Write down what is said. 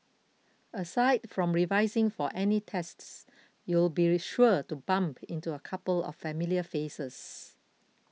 aside from revising for any tests you'll be sure to bump into a couple of familiar faces